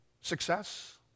success